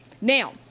Now